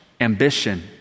ambition